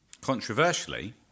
controversially